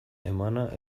emana